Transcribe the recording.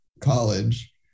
college